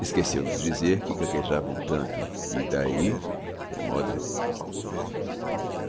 esqueceu nos dizer que gaguejava um tanto e d'ahi é moda